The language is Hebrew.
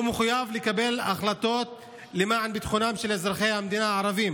והוא מחויב לקבל החלטות למען ביטחונם של אזרחי המדינה הערבים.